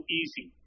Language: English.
easy